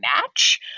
match